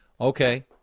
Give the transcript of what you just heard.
okay